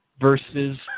versus